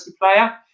player